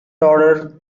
order